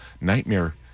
Nightmare